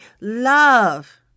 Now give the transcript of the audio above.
love